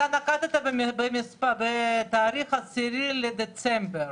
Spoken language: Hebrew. נקטת בתאריך 10 בדצמבר.